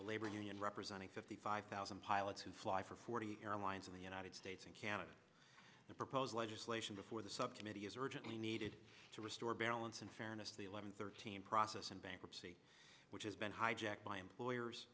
labor union representing fifty five thousand pilots who fly for forty airlines in the united states and canada the proposed legislation before the subcommittee is urgently needed to restore balance and fairness the eleven thirteen process and bankruptcy which has been hijacked by employers